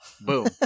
Boom